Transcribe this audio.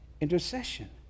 intercession